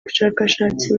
bushakashatsi